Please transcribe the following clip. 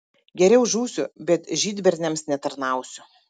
geriau žūsiu bet žydberniams netarnausiu